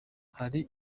hari